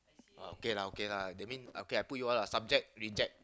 okay lah okay lah that mean okay I put you all subject reject